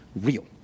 real